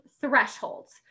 thresholds